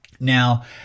Now